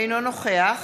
אינו נוכח